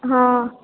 हँ